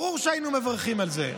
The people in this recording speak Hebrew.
ברור שהיינו מברכים על זה.